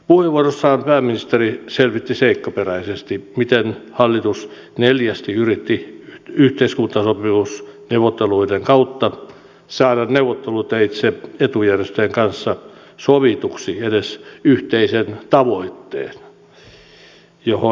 puheenvuorossaan pääministeri selvitti seikkaperäisesti miten hallitus neljästi yritti yhteiskuntasopimusneuvotteluiden kautta saada neuvotteluteitse etujärjestöjen kanssa sovituksi edes yhteisen tavoitteen johon pyrkiä